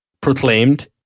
proclaimed